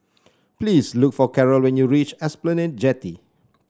please look for Carrol when you reach Esplanade Jetty